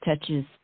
touches